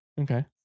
Okay